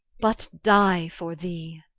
but dye for thee.